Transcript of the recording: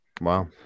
Wow